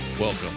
Welcome